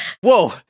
whoa